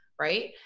right